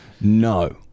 No